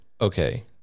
okay